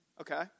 Okay